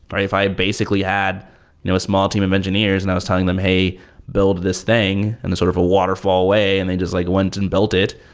but if i basically had you know a small team of engineers and i was telling them, hey, build this thing in and the sort of a waterfall way, and they just like went and built it.